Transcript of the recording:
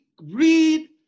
read